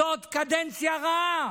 זאת קדנציה רעה,